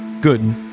Good